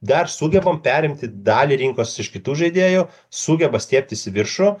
dar sugebam perimti dalį rinkos iš kitų žaidėjų sugeba stiebtis į viršų